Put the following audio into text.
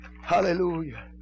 Hallelujah